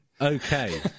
Okay